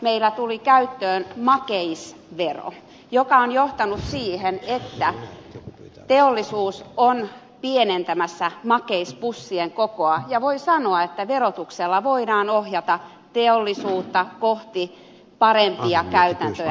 meille tuli käyttöön makeisvero joka on johtanut siihen että teollisuus on pienentämässä makeispussien kokoa ja voi sanoa että verotuksella voidaan ohjata teollisuutta kohti parempia käytäntöjä